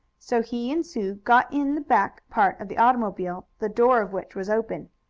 so he and sue got in the back part of the automobile, the door of which was open.